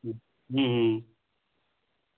হুম হুম হুম